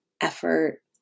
effort